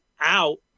out